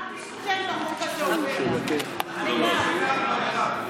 רק בזכותנו החוק הזה עובר.